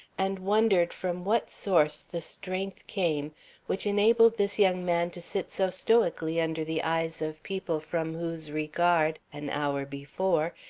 and wondered from what source the strength came which enabled this young man to sit so stoically under the eyes of people from whose regard, an hour before,